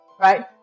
Right